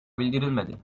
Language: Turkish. bildirilmedi